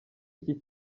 iki